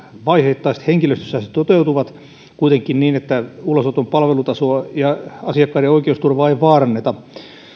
vaiheittaisista henkilöstösäästöistä toteutuvat kuitenkin niin että ulosoton palvelutasoa ja asiakkaiden oikeusturvaa ei vaaranneta